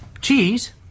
Cheese